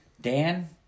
Dan